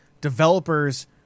developers